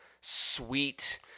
sweet